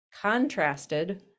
contrasted